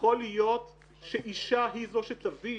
יכול להיות שאישה היא זו שתביא